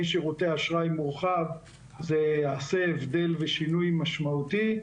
שירותי אשראי מורחב זה יעשה שינוי משמעותי.